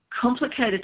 complicated